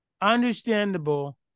Understandable